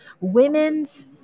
women's